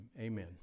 amen